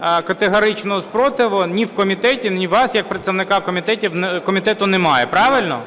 категоричного супротиву ні в комітеті, ні у вас як представника комітету немає, правильно?